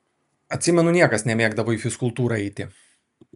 atsimenu niekas nemėgdavo į fizkultūrą eiti